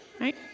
right